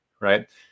right